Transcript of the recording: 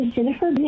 Jennifer